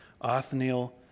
Othniel